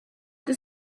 does